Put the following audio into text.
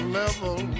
level